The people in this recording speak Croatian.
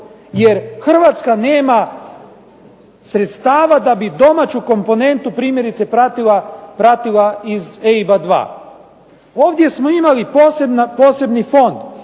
jer Hrvatska nema sredstava da bi domaću komponentu primjerice pratila iz EIB-a 2. Ovdje smo imali posebni fond,